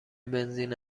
بنزین